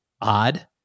odd